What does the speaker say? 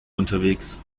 unterwegs